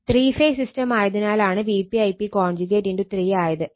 three phase system ആയതിനാലാണ് Vp Ip × 3 ആയത്